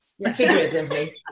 Figuratively